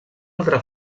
altra